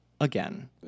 Again